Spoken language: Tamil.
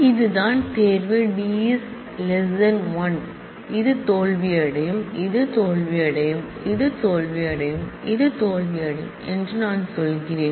இதுதான் தேர்வு டி 1 இது தோல்வியடையும் இது தோல்வியடையும் இது தோல்வியடையும் இது தோல்வியடையும் என்று நான் சொல்கிறேன்